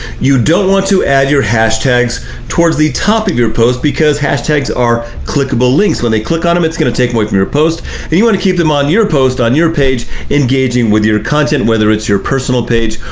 you don't want to add your hashtags towards the top of your post because hashtags are clickable links. when they click on em, it's gonna take them away from your post and you wanna keep them on your post, on your page engaging with your content, whether it's your personal page,